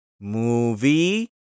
Movie